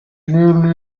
early